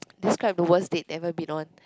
describe the worst date ever been on